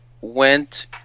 went